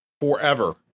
forever